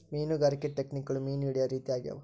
ಮೀನುಗಾರಿಕೆ ಟೆಕ್ನಿಕ್ಗುಳು ಮೀನು ಹಿಡೇ ರೀತಿ ಆಗ್ಯಾವ